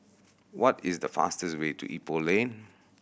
what is the fastest way to Ipoh Lane